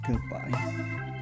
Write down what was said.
Goodbye